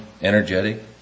energetic